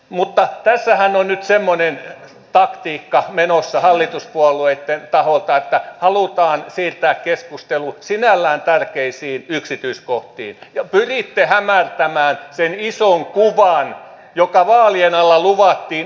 mutta tässähän on nyt semmoinen taktiikka menossa hallituspuolueitten taholta että halutaan siirtää keskustelu sinällään tärkeisiin yksityiskohtiin ja te pyritte hämärtämään sen ison kuvan joka vaalien alla luvattiin